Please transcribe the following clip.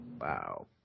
Wow